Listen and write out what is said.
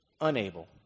unable